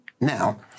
Now